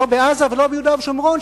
לא בעזה ולא ביהודה ושומרון,